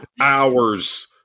hours